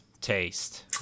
taste